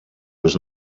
was